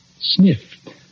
sniffed